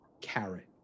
carrot